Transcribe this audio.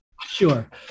Sure